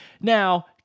Now